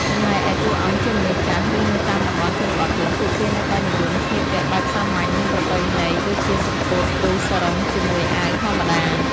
ចំណែកឯតួអង្គជាមនុស្សចាស់ ឬនៅតាមតំបន់ជនបទវិញ ពួកគេនៅតែនិយមស្លៀកពាក់បែបសាមញ្ញ និងប្រពៃណីដូចជា សំពត់ ឬសារុងជាមួយអាវធម្មតា។